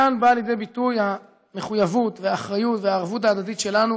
וכאן באות לידי ביטוי המחויבות והאחריות והערבות ההדדית שלנו,